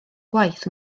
gwaith